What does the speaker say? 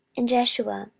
and jeshua,